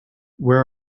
where